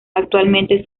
actualmente